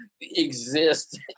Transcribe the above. exist